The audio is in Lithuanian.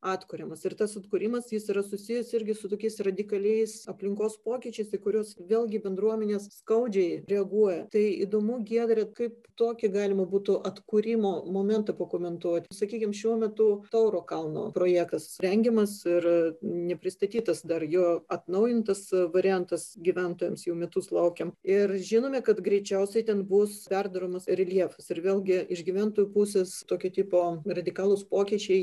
atkuriamas ir tas atkūrimas jis yra susijęs irgi su tokiais radikaliais aplinkos pokyčiais į kuriuos vėlgi bendruomenės skaudžiai reaguoja tai įdomu giedre kaip tokį galima būtų atkūrimo momentą pakomentuoti sakykim šiuo metu tauro kalno projektas rengiamas ir nepristatytas dar jo atnaujintas variantas gyventojams jau metus laukėm ir žinome kad greičiausiai ten bus perdaromas reljefas ir vėlgi iš gyventojų pusės tokio tipo radikalūs pokyčiai